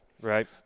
Right